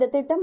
இந்ததிட்டம்